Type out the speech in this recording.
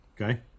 Okay